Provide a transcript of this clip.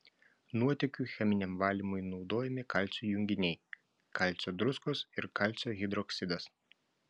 nuotekų cheminiam valymui naudojami kalcio junginiai kalcio druskos ir kalcio hidroksidas